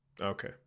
Okay